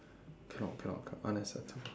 cannot cannot unacceptable